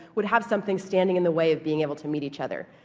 would have something standing in the way of being able to meet each other.